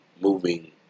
moving